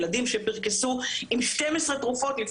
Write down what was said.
ילדים שפרכסו קודם עם 12 תרופות,